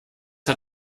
hat